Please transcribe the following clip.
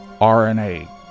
RNA